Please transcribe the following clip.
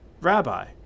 Rabbi